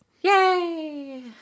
Yay